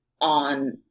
on